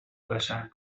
بشر